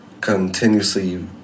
continuously